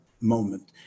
moment